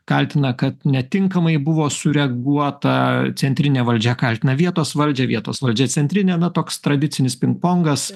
kaltina kad netinkamai buvo sureaguota centrinė valdžia kaltina vietos valdžią vietos valdžia centrinę na toks tradicinis ping pongas